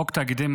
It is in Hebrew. להציג את הצעת